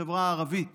החברה הערבית